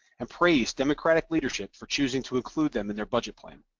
and praised democratic leadership for choosing to include them in their budget plan.